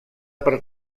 per